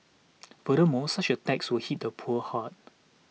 furthermore such a tax will hit the poor hard